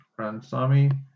Ransami